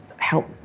Help